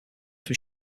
from